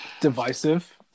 divisive